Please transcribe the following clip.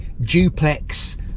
duplex